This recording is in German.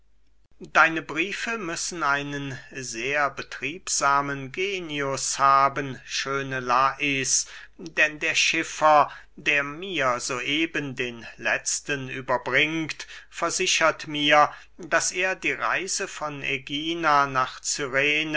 deine briefe müssen einen sehr betriebsamen genius haben schöne lais denn der schiffer der mir so eben den letzten überbringt versichert mir daß er die reise von ägina nach